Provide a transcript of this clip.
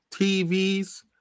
TVs